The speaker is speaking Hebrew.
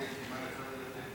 לא?